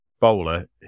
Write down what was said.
bowler